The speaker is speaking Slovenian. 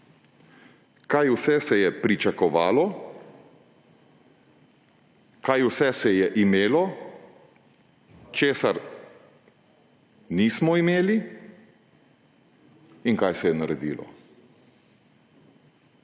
kaj vse se je pričakovalo, kaj vse se je imelo, česar nismo imeli, in kaj se je naredilo.